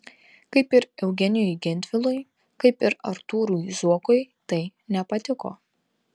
kaip ir eugenijui gentvilui kaip ir artūrui zuokui tai nepatiko